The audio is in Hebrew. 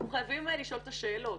אנחנו חייבים לשאול את השאלות.